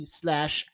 slash